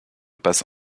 passe